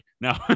No